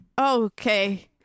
okay